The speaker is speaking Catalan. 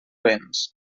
vents